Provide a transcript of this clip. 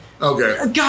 okay